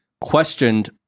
questioned